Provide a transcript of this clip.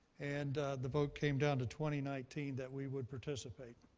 and the vote came down to twenty nineteen that we would participate.